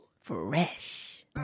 Fresh